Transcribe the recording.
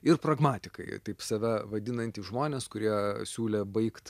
ir pragmatikai taip save vadinantys žmonės kurie siūlė baigt